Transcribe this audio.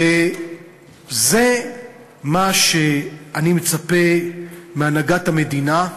וזה מה שאני מצפה מהנהגת המדינה,